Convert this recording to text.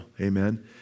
Amen